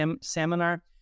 seminar